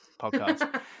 podcast